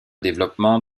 développement